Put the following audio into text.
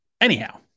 anyhow